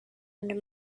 under